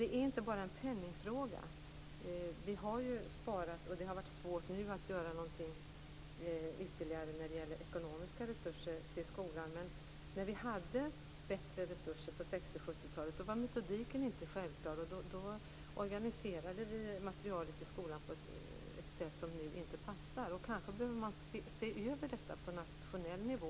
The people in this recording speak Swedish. Detta är inte bara en penningfråga. Vi har ju sparat, och det har varit svårt att göra något ytterligare när det gäller ekonomiska resurser till skolan. Men när vi hade bättre resurser, på 60 och 70-talet, var metodiken inte självklar. Då organiserades materialet i skolan på ett sätt som inte passar nu. Man kanske behöver se över detta på nationell nivå.